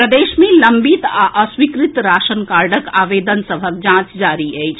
प्रदेश मे लंबित आ अस्वीकृत राशन कार्डक आवेदन सभक जांच जारी अछि